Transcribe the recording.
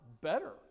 better